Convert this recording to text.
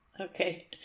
Okay